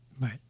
Right